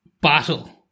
battle